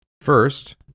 First